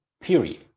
Period